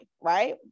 right